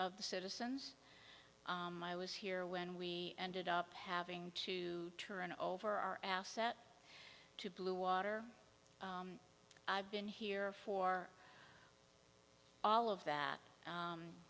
of the citizens i was here when we ended up having to turn over our assets to bluewater i've been here for all of that